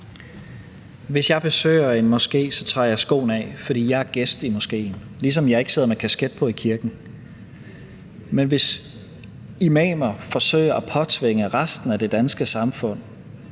Hvis jeg besøger en moské, tager jeg skoene af, fordi jeg er gæst i moskéen, ligesom jeg ikke sidder med kasket på i kirken. Men hvis imamer forsøger at påtvinge resten af det danske samfund